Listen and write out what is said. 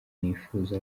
nifuza